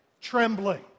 trembling